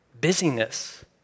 busyness